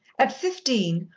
at fifteen,